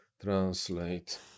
Translate